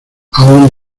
aún